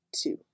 two